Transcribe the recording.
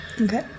Okay